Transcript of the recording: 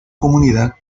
comunidad